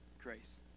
grace